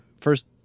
first